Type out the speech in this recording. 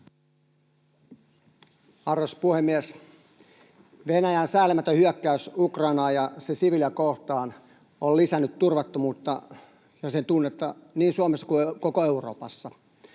Arvoisa puhemies! Venäjän säälimätön hyökkäys Ukrainaa ja sen siviilejä kohtaan on lisännyt turvattomuutta ja sen tunnetta niin Suomessa kuin koko Euroopassa.